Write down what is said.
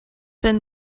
been